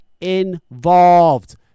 Involved